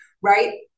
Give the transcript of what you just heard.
right